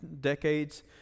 decades